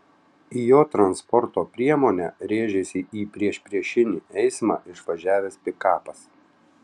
į jo transporto priemonę rėžėsi į priešpriešinį eismą išvažiavęs pikapas